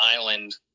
island